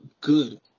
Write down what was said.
good